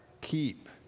keep